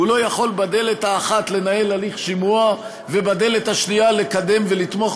הוא לא יכול בדלת האחת לנהל הליך שימוע ובדלת השנייה לקדם ולתמוך